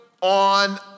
on